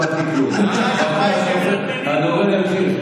הדובר ימשיך.